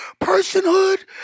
personhood